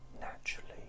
naturally